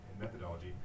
methodology